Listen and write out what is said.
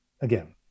again